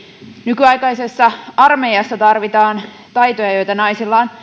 nykyaikaisessa armeijassa tarvitaan taitoja joita naisilla on